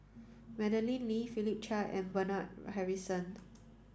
Madeleine Lee Philip Chia and Bernard Harrison